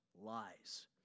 lies